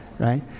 right